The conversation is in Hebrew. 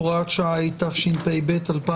(הוראת שעה), התשפ"ב-2021.